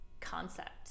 concept